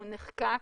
הוא נחקק